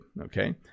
Okay